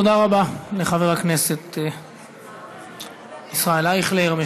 תודה רבה לחבר הכנסת ישראל אייכלר.